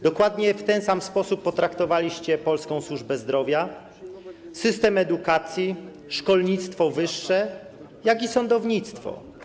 Dokładnie w ten sam sposób potraktowaliście polską służbę zdrowia, system edukacji, szkolnictwo wyższe, jak i sądownictwo.